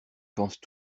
pensent